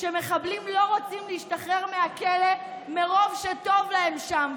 שמחבלים לא רוצים להשתחרר מהכלא מרוב שטוב להם שם.